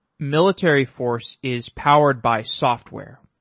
military force is powered by software.